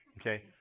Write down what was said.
okay